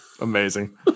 Amazing